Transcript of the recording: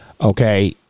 Okay